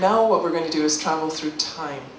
now what we're going to do is travel through time